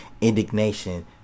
indignation